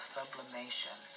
Sublimation